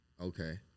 Okay